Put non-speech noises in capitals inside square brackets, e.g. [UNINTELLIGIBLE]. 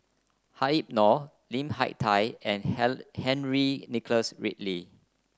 Habib Noh Lim Hak Tai and [UNINTELLIGIBLE] Henry Nicholas Ridley